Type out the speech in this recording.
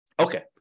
Okay